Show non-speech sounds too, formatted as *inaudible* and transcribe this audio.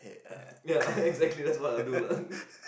ya *laughs* exactly that's what I do lah